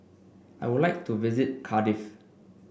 I would like to visit Cardiff